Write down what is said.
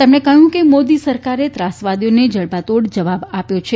તેમણે કહ્યું કે મોદી સરકારે ત્રાસવાદીઓને જડબાતોડ જવાબ આપ્યો છે